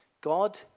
God